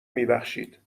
میبخشید